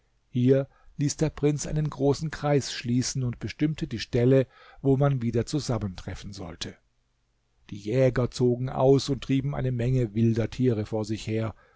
hier ließ der prinz einen großen kreis schließen und bestimmte die stelle wo man wieder zusammentreffen sollte die jäger zogen aus und trieben eine menge wilder tiere vor sich her